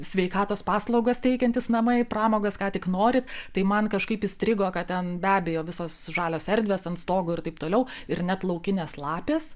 sveikatos paslaugas teikiantys namai pramogas ką tik nori tai man kažkaip įstrigo kad ten be abejo visos žalios erdvės ant stogo ir taip toliau ir net laukinės lapės